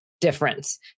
difference